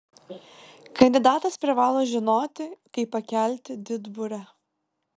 kandidatas privalo žinoti kaip pakelti didburę